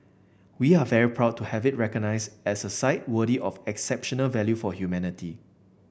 we are very proud to have it recognise as a site worthy of exceptional value for humanity